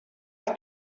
have